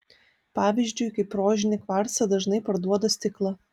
pavyzdžiui kaip rožinį kvarcą dažnai parduoda stiklą